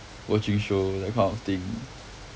watching show that kind of thing